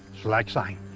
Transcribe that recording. select seng.